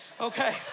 okay